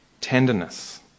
tenderness